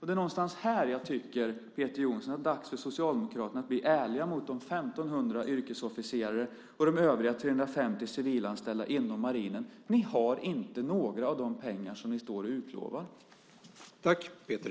Det är någonstans här jag tycker att det är dags för Socialdemokraterna att bli ärliga mot de 1 500 yrkesofficerare och de övriga 350 civilanställda inom marinen. Ni har inte några av de pengar som ni utlovar.